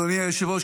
אדוני היושב-ראש,